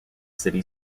city